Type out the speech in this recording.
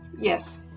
yes